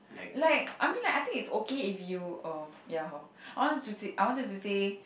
like I mean like I think it's okay if you uh ya hor I wanted to I wanted to say